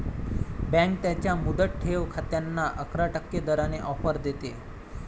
bank त्यांच्या मुदत ठेव खात्यांना अकरा टक्के दराने ऑफर देते